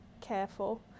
careful